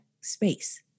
space